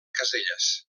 caselles